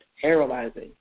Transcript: paralyzing